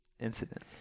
incident